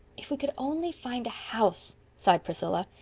if we could only find a house! sighed priscilla.